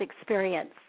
experience